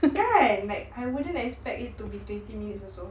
kan like I'm like I won't expect it to be twenty minutes also